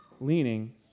leaning